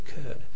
occurred